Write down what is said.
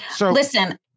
Listen